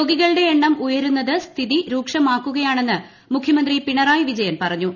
രോഗികളുടെ എണ്ണം ഉയരുന്നത് സ്ഥിരി രൂക്ഷമാക്കുകയാണെന്ന് മുഖ്യമന്ത്രി പ്രൂപിണറായി വിജയൻ പറഞ്ഞു